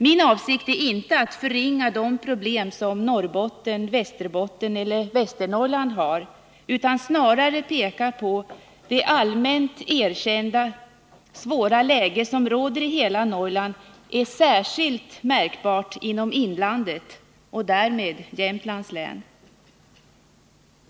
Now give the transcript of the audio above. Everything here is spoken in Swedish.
Min avsikt är inte att förringa de problem som Norrbotten, Västerbotten eller Västernorrland har, utan jag vill snarare peka på att det allmänt erkända svåra läge som råder i hela Norrland är särskilt märkbart inom inlandet och därmed inom Jämtlands län.